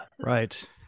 Right